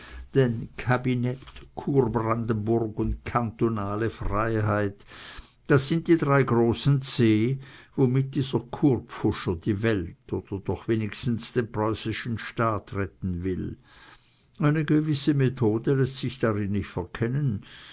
denn cabinet churbrandenburg und cantonale freiheit das sind die drei großen c womit dieser kurpfuscher die welt oder doch wenigstens den preußischen staat retten will eine gewisse methode läßt sich darin nicht verkennen